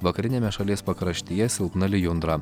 vakariniame šalies pakraštyje silpna lijundra